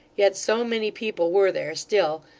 yet so many people were there, still,